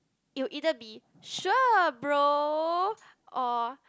it will either be sure bro or